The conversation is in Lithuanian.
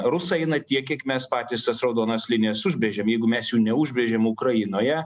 rusai eina tiek kiek mes patys tas raudonas linijas užbrėžiam jeigu mes jų neužbrėžėm ukrainoje